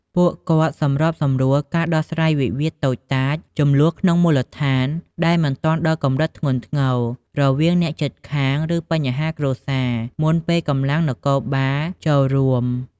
ពួកគាត់សម្របសម្រួលការដោះស្រាយវិវាទតូចតាច ជម្លោះក្នុងមូលដ្ឋានដែលមិនទាន់ដល់កម្រិតធ្ងន់ធ្ងរ រវាងអ្នកជិតខាង ឬបញ្ហាគ្រួសារ មុនពេលកម្លាំងនគរបាលចូលរួម។